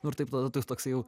nu ir taip tada tas toksai jau